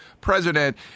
president